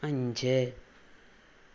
അഞ്ച്